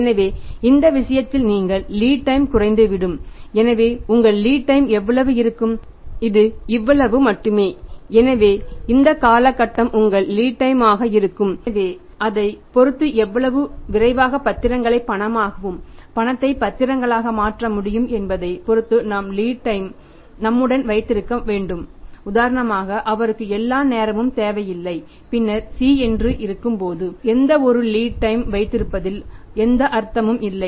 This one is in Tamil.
எனவே இந்த விஷயத்தில் உங்கள் லீட் டைம் ம் வைத்திருப்பதில் எந்த அர்த்தமும் இல்லை